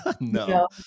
No